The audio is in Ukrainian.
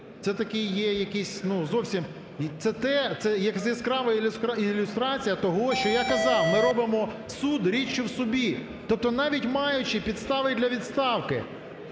Це такий є якийсь ну зовсім… Це те… як яскрава ілюстрація того, що я казав: ми робимо суд річчю в собі. Тобто навіть маючи підстави і для відставки,